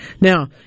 now